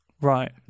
Right